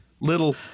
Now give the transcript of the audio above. Little